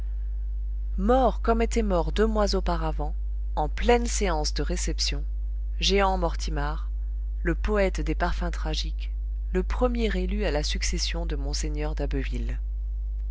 mort comme était mort deux mois auparavant en pleine séance de réception jehan mortimar le poète des parfums tragiques le premier élu à la succession de mgr d'abbeville